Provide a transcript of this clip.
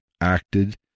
acted